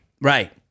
right